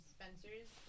Spencer's